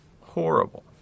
horrible